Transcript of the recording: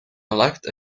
elect